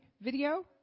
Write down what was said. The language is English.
video